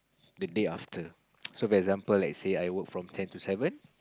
the day after so for example let's say I work from ten to seven